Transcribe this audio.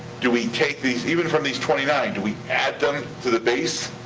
do we take these, even from these twenty nine, do we add them to the base,